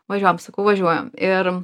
važiuojam sakau važiuojam ir